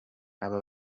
aba